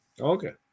Okay